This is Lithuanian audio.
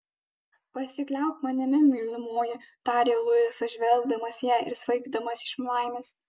pasikliauk manimi mylimoji tarė luisas žvelgdamas į ją ir svaigdamas iš laimės